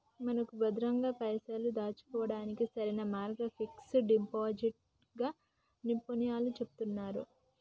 మనకు భద్రంగా పైసల్ని దాచుకోవడానికి సరైన మార్గం ఫిక్స్ డిపాజిట్ గా నిపుణులు చెబుతున్నారు